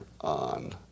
on